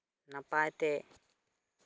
ᱱᱟᱯᱟᱭᱛᱮ